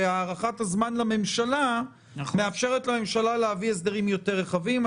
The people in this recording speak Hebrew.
שהארכת הזמן לממשלה מאפשרת לממשלה להביא הסדרים יותר רחבים.